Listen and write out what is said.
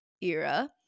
era